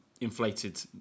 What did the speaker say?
inflated